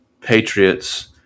patriots